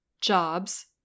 jobs